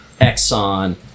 exxon